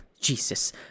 Jesus